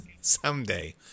someday